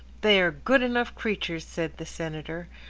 they are good enough creatures, said the senator.